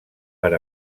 per